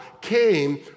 came